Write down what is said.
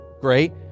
great